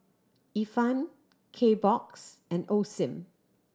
Ifan Kbox and Osim